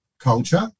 culture